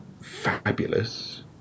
fabulous